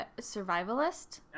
survivalist